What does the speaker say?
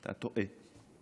"אתה טועה,